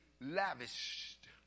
lavished